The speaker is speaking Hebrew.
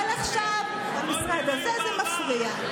אבל עכשיו, במשרד הזה, זה מפריע.